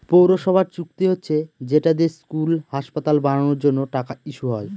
পৌরসভার চুক্তি হচ্ছে যেটা দিয়ে স্কুল, হাসপাতাল বানানোর জন্য টাকা ইস্যু হয়